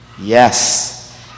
Yes